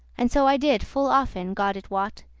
and so i did full often, god it wot,